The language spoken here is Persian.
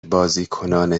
بازیکنان